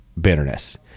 bitterness